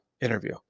interview